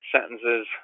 Sentences